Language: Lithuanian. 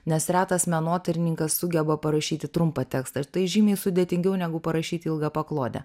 nes retas menotyrininkas sugeba parašyti trumpą tekstą ir tai žymiai sudėtingiau negu parašyti ilgą paklodę